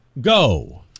Go